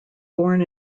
born